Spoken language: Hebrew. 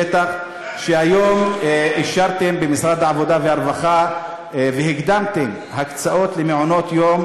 שהיום אישרתם במשרד העבודה והרווחה והקדמתם הקצאות למעונות יום,